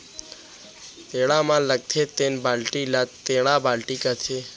टेड़ा म लगथे तेन बाल्टी ल टेंड़ा बाल्टी कथें